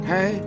Hey